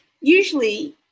Usually